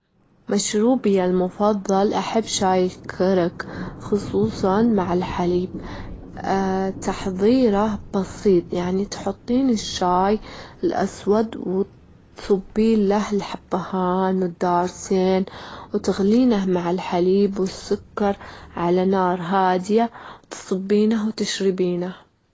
مشروبي المفضل أحب شاي الكرك، خصوصًا مع الحليب، تحضيره بسيط، يعني تحطين الشاي الأسود وتصبين له الحبهان وتغلينه مع الحليب والسكر على نار هادية، وتصبينه وتشربينه.